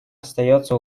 остается